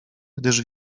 gdyż